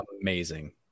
amazing